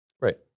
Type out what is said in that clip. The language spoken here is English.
Right